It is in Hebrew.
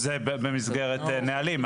זה במסגרת נהלים,